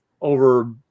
over